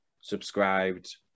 subscribed